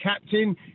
captain